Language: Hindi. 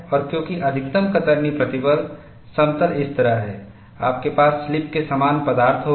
और क्योंकि अधिकतम कतरनी प्रतिबल समतल इस तरह है आपके पास स्लिप के समान पदार्थ होगी